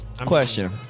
Question